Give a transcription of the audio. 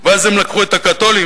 ואז הם לקחו את הקתולים,